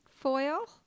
foil